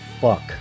fuck